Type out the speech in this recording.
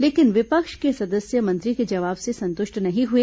लेकिन विपक्ष के सदस्य मंत्री के जवाब से संतुष्ट नहीं हुए